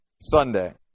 Sunday